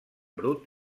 brut